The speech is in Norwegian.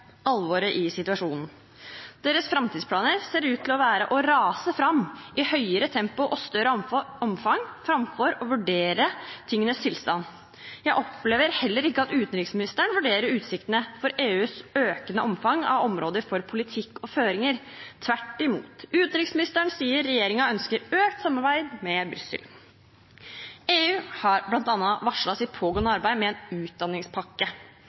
alvoret i situasjonen. Deres framtidsplaner ser ut til å være å rase fram i høyere tempo og større omfang, framfor å vurdere tingenes tilstand. Jeg opplever heller ikke at utenriksministeren vurderer utsiktene for EUs økende omfang av områder for politikk og føringer. Tvert imot: Utenriksministeren sier regjeringen ønsker økt samarbeid med Brussel. EU har bl.a. varslet sitt pågående arbeid med en utdanningspakke.